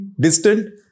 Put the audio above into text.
distant